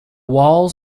walls